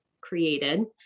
created